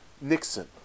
Nixon